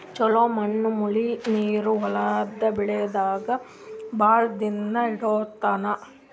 ಛಲೋ ಮಣ್ಣ್ ಮಳಿ ನೀರ್ ಹೊಲದ್ ಬೆಳಿದಾಗ್ ಭಾಳ್ ದಿನಾ ಹಿಡ್ಕೋತದ್